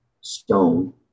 Stone